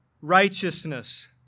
righteousness